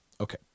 Okay